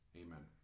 amen